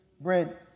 Brent